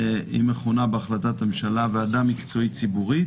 היא מכונה בהחלטת ממשלה ועדה מקצועית-ציבורית.